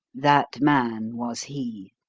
that man was he.